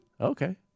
Okay